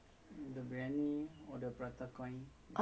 ah maybe I take the prata coin instead lah